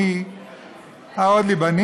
אני מבקשת להפסיק עם הערות ביניים.